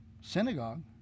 synagogue